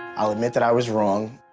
i'll admit that i was wrong.